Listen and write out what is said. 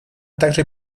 также